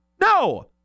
No